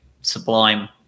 sublime